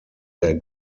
der